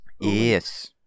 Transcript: Yes